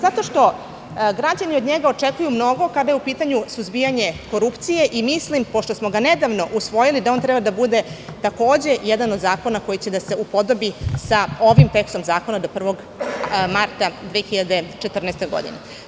Zato što građani od njega očekuju mnogo kada je u pitanju suzbijanje korupcije i mislim, pošto smo ga nedavno usvojili, da on treba da bude takođe jedan od zakona koji će da se upodobi sa ovim tekstom zakona do 1. marta 2014. godine.